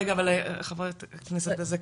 אבל חברת הכנסת בזק,